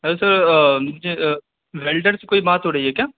hello sir مجھے welder سے کوئی بات ہو رہی ہے کیا